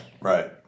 Right